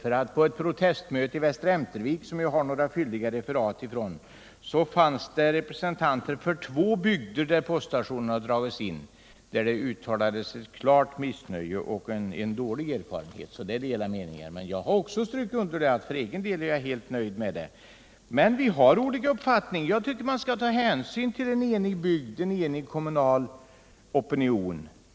Vid ett protestmöte i Västra Emtervik, varifrån jag har några fylliga referat, fanns det representanter för två bygder där poststationen dragits in. Det uttalades vid detta tillfälle ett klart missnöje, och man sade sig ha dåliga erfarenheter. Det finns alltså delade meningar. Men för egen del har Jag strukit under att jag är helt nöjd. Vi har emellertid olika uppfattningar. Jag tycker att man skall ta hänsyn tll en enig bygd och en enig kommunal opinion.